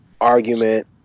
argument